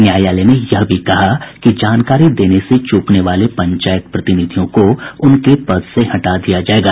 न्यायालय ने यह भी कहा कि जानकारी देने से चूकने वाले पंचायत प्रतिनिधियों को उनके पद से हटा दिया जायेगा